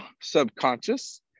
subconscious